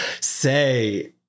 say